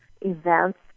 events